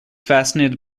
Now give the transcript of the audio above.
fascinated